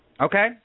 Okay